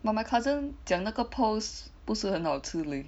but my cousin 讲那个 pearls 不是很好吃 leh